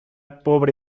pobre